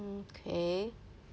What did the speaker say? okay